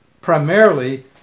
primarily